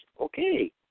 Okay